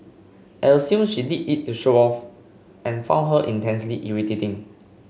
I assumed she did it to show off and found her intensely irritating